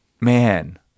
man